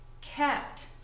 kept